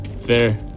Fair